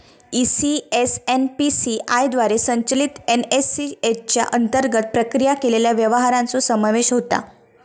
ECS NPCI द्वारे संचलित NACH च्या अंतर्गत प्रक्रिया केलेल्या व्यवहारांचो समावेश होता